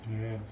Yes